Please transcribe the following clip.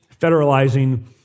federalizing